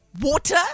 Water